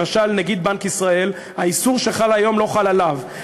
למשל נגיד בנק ישראל, האיסור שחל היום לא חל עליו.